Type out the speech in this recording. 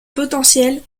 potentiel